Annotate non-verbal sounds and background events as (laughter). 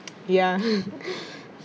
ya (laughs)